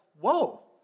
Whoa